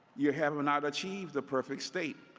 you have not achieved the perfect state.